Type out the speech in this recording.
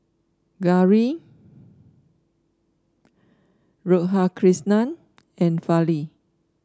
Gauri Radhakrishnan and Fali